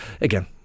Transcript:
Again